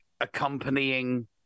accompanying